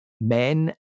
men